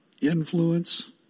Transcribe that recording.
influence